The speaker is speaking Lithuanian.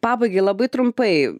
pabaigai labai trumpai